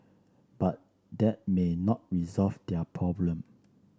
but that may not resolve their problem